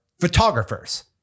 photographers